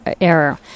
error